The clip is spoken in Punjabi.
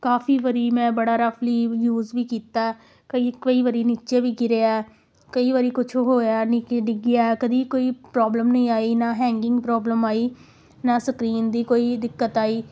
ਕਾਫੀ ਵਾਰੀ ਮੈਂ ਬੜਾ ਰਫਲੀ ਯੂਜ਼ ਵੀ ਕੀਤਾ ਕਈ ਕਈ ਵਾਰੀ ਨੀਚੇ ਵੀ ਗਿਰਿਆ ਕਈ ਵਾਰੀ ਕੁਛ ਹੋਇਆ ਨੀਚੇ ਡਿੱਗਿਆ ਕਦੀ ਕੋਈ ਪ੍ਰੋਬਲਮ ਨਹੀਂ ਆਈ ਨਾ ਹੈਂਗਿੰਗ ਪ੍ਰੋਬਲਮ ਆਈ ਨਾ ਸਕਰੀਨ ਦੀ ਕੋਈ ਦਿੱਕਤ ਆਈ